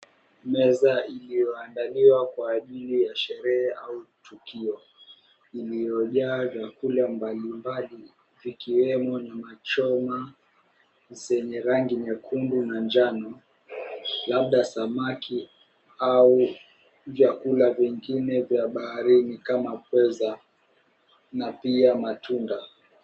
Meza iliyoandaliwa kwa ajili ya sherehe au tukio iliyojaa vyakula mbalimbali. Vikiwemo nyama choma zenye rangi nyekundu na njano labda samaki au vyakula vingine vya baharini kama pweza na pia matunda.